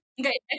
Okay